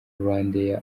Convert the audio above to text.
rwandair